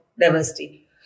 diversity